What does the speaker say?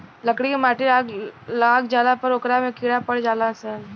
लकड़ी मे माटी लाग जाला त ओकरा में कीड़ा पड़ जाल सन